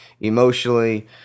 Emotionally